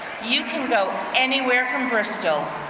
you can go anywhere from bristol.